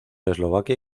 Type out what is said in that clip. eslovaquia